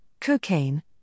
cocaine